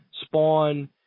Spawn